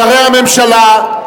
שרי הממשלה,